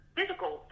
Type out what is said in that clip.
physical